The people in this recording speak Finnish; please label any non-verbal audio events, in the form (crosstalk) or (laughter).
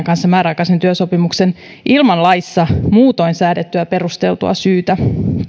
(unintelligible) kanssa määräaikaisen työsopimuksen ilman laissa muutoin säädettyä perusteltua syytä